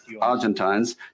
Argentines